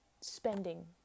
spending